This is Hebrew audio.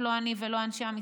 לא אני ולא אנשי המשרד,